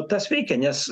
tas veikia nes